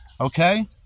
okay